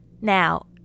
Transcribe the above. Now